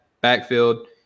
backfield